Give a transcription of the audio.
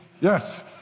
Yes